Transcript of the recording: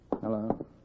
Hello